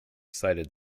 cited